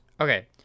Okay